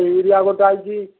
urea ଗୋଟେ ଆସିଛି